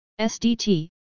SDT